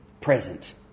present